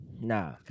Nah